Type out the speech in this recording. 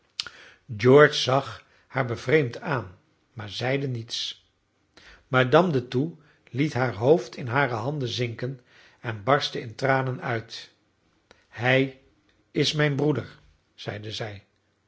george zag haar bevreemd aan maar zeide niets madame de thoux liet haar hoofd in hare handen zinken en barstte in tranen uit hij is mijn broeder zeide zij